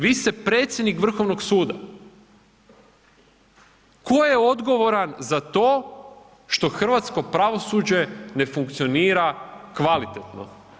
Vi ste predsjednik Vrhovnog suda, tko je odgovoran za to što hrvatsko pravosuđe ne funkcionira kvalitetno?